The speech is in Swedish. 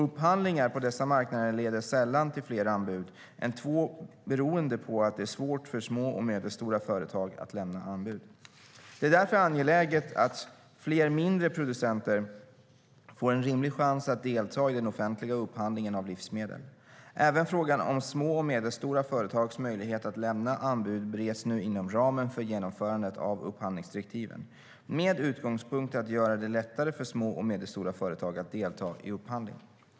Upphandlingar på dessa marknader leder sällan till fler anbud än två beroende på att det är svårt för små och medelstora företag att lämna anbud. Det är därför angeläget att fler mindre producenter får en rimlig chans att delta i den offentliga upphandlingen av livsmedel. Även frågan om små och medelstora företags möjlighet att lämna anbud bereds nu inom ramen för genomförandet av upphandlingsdirektiven med utgångspunkt i att göra det lättare för små och medelstora företag att delta i upphandling.